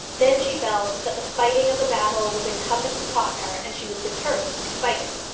then she felt that the fighting of the battle was incumbent upon her, and she was determined to fight it.